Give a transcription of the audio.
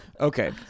Okay